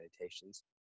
meditations